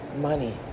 money